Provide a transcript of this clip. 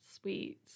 sweet